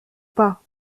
pas